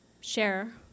share